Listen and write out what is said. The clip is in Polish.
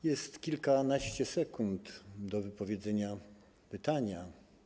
Jest kilkanaście sekund na wypowiedzenie pytania.